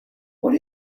what